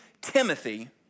Timothy